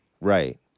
Right